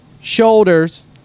shoulders